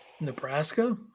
Nebraska